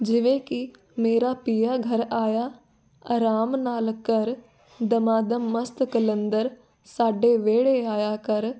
ਜਿਵੇਂ ਕਿ ਮੇਰਾ ਪੀਆ ਘਰ ਆਇਆ ਆਰਾਮ ਨਾਲ ਕਰ ਦਮਾ ਦਮ ਮਸਤ ਕਲੰਦਰ ਸਾਡੇ ਵਿਹੜੇ ਆਇਆ ਕਰ